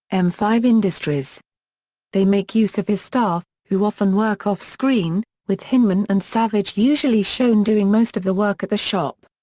m five industries they make use of his staff, who often work off-screen, with hyneman and savage usually shown doing most of the work at the shop.